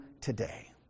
today